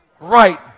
right